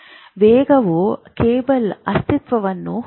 ವೇಗವು ಕೇಬಲ್ ಅಸ್ಥಿತ್ವವನು ಹೊಂದಿದೆ